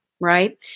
right